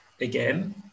again